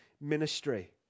ministry